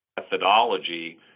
methodology